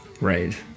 Right